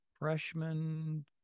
Freshman